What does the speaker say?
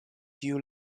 tiu